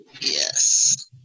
Yes